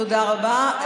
תודה רבה.